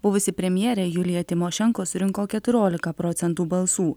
buvusi premjerė julija timošenko surinko keturiolika procentų balsų